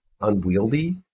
unwieldy